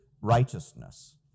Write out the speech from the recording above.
righteousness